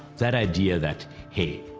that idea that, hey,